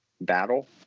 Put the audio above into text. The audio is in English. battle